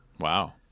Wow